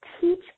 teach